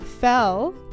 fell